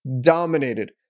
dominated